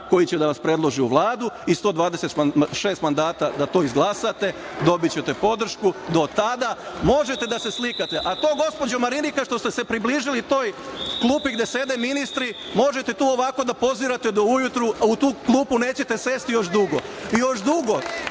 koji će da vas predloži u Vladu i 126 mandata da to izglasate dobićete podršku. Do tada možete da se slikate.6/3 AL/MĆTo, gospođo Marinika, što ste se približili toj klupi gde sede ministri možete tu ovako da pozirate do ujutru, a u tu klupu nećete sesti još dugo. Još dugo